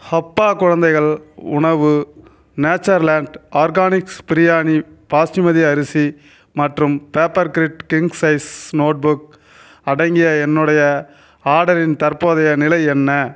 ஹப்பா குழந்தைகள் உணவு Natureland Organics biryani basmati அரிசி மற்றும் பேப்பர்கிரிட் கிங் சைஸ் நோட்புக் அடங்கிய என்னுடைய ஆர்டரின் தற்போதைய நிலை என்ன